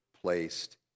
placed